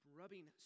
rubbing